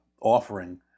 offering